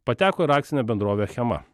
pateko ir akcinė bendrovė achema